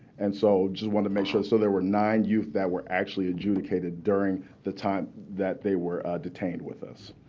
and so just wanted to make sure so there were nine youth that were actually adjudicated during the time that they were detained with us.